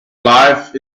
life